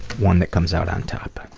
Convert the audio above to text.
one that comes out on top.